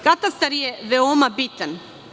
Katastar je veoma bitan.